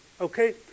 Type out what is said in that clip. Okay